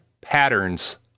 patterns